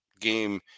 game